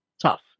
tough